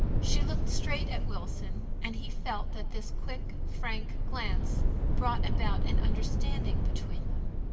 she looked straight at wilson, and he felt that this quick, frank glance brought about an understanding between them.